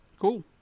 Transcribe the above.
Cool